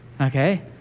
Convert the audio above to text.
Okay